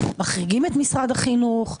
מחריגים את משרד החינוך,